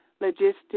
logistics